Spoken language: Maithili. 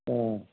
ओ